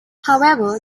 however